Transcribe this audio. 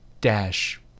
dash